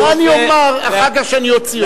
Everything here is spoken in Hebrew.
מה אני אומר אחר כך, כשאני אוציא אותך?